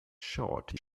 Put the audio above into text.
shawty